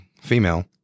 female